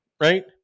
right